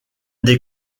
des